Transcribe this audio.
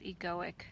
egoic